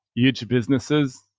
huge businesses.